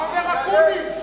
מה אומר אקוניס?